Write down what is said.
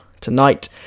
tonight